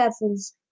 levels